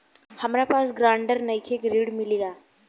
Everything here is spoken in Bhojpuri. हमरा पास ग्रांटर नईखे ऋण मिली का?